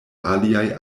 aliaj